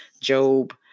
Job